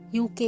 UK